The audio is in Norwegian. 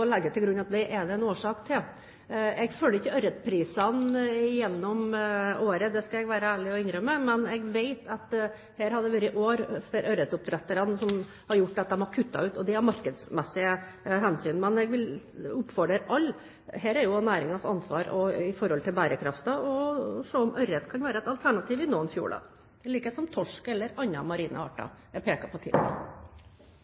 til grunn at det er det en årsak til. Jeg følger ikke ørretprisene gjennom året, det skal jeg være ærlig og innrømme, men jeg vet at det har vært år for ørretoppdretterne som har gjort at de har kuttet ut, og det har vært av markedsmessige hensyn. Men jeg vil oppfordre alle – og det er jo næringens ansvar i forhold til bærekraften – til å se om ørret kan være et alternativ i noen fjorder, i likhet med torsk eller andre marine arter